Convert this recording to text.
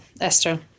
Esther